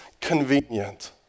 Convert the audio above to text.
convenient